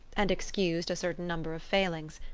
and excused a certain number of failings.